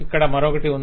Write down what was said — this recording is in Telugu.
ఇక్కడ మరొకటి ఉంది